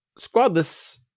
squadless